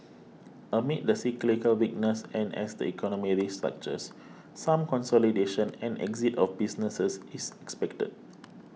amid the cyclical weakness and as the economy restructures some consolidation and exit of businesses is expected